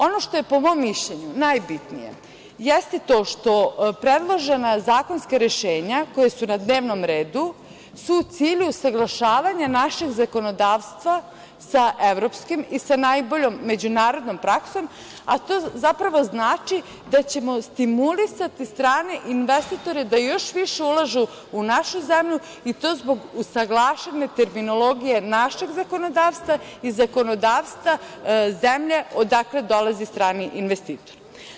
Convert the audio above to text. Ono što je po mom mišljenju najbitnije jeste to što zakonska rešenja koja su na dnevnom redu su u cilju usaglašavanja našeg zakonodavstva sa evropskim i sa najboljom međunarodnom praksom, a to znači da ćemo stimulisati strane investitore da još više ulažu u našu zemlju i to zbog usaglašene terminologije našeg zakonodavstva i zakonodavstva zemlje odakle dolazi strani investitor.